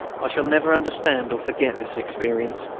i shall never understand or forget this experience.